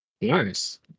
Nice